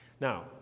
Now